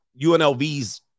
UNLVs